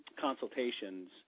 consultations